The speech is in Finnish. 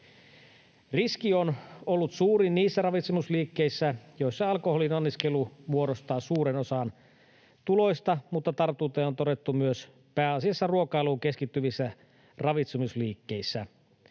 Riski on ollut suurin niissä ravitsemusliikkeissä, joissa alkoholin anniskelu muodostaa suuren osan tuloista, mutta tartuntoja on todettu myös pääasiassa ruokailuun keskittyvissä ravitsemusliikkeissä.